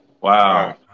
Wow